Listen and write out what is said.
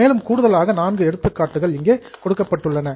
மேலும் கூடுதலாக 4 எடுத்துக்காட்டுகள் இங்கே கொடுக்கப்பட்டுள்ளன